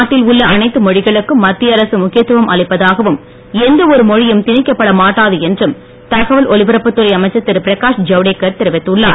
நாட்டில் உள்ள அனைத்து மொழிகளுக்கும் மத்திய அரசு முக்கியத்துவம் அளிப்பதாகவும் எந்த ஒரு மொழியும் திணிக்கப்பட மாட்டாது என்றும் தகவல் ஒலிபரப்புத் துறை அமைச்சர் திரு பிரகாஷ் ஜவ்டேக்கர் தெரிவித்துள்ளார்